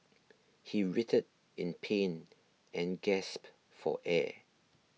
he writhed in pain and gasped for air